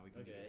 Okay